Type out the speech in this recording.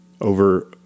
over